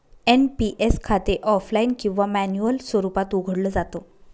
NPS खाते offline किंवा manual स्वरूपात उघडलं जात